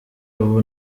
ubu